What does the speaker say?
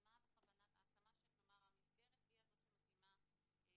כלומר המסגרת היא זו שמתאימה לילד.